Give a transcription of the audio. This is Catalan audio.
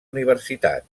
universitat